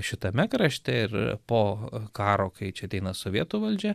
šitame krašte ir po karo kai čia ateina sovietų valdžia